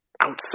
outside